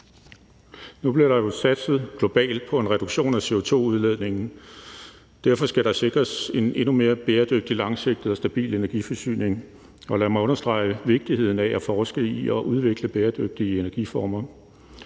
Nu bliver der jo satset globalt på en reduktion af CO2-udledningen, og derfor skal der sikres en endnu mere bæredygtig, langsigtet og stabil energiforsyning, og lad mig understrege vigtigheden af at forske i og udvikle bæredygtige energiformer.